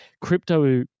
crypto